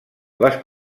les